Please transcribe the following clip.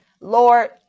Lord